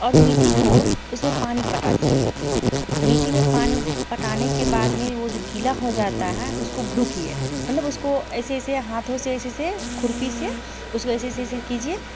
और मिट्टी को उसमें पानी पटा दीजिए मिट्टी में मिट्टी में पानी पटाने के बाद में वो जो गिला हो जाता है उसको भुरुकिये मतलब उसको ऐसे ऐसे हाथों से ऐसे ऐसे खुरपी से उसको ऐसे ऐसे ऐसे कीजिए